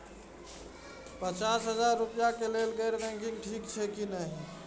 पचास हजार रुपए के लेल गैर बैंकिंग ठिक छै कि नहिं?